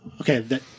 Okay